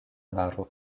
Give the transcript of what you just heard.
maro